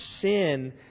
sin